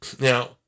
Now